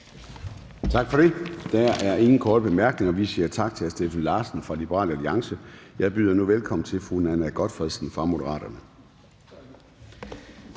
Tak for det. Der er ingen korte bemærkninger. Vi siger tak til hr. Steffen Larsen fra Liberal Alliance. Jeg byder nu velkommen til fru Nanna W. Gotfredsen fra Moderaterne.